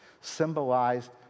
symbolized